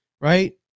right